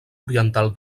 oriental